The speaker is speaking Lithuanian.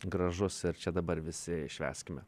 gražus ir čia dabar visi švęskime